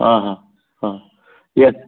आं हां आं येत